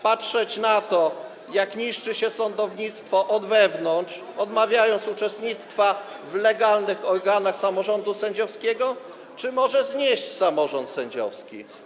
Patrzeć na to, jak niszczy się sądownictwo od wewnątrz, odmawiając uczestnictwa w legalnych organach samorządu sędziowskiego czy może znieść samorząd sędziowski?